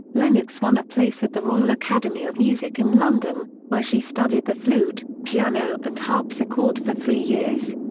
lennox won a place at the royal academy of music in london, where she studied the flute, piano and harpsichord for three years.